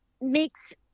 makes